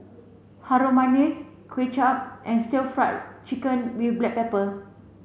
Harum Manis Kuay Chap and stir fried chicken with black pepper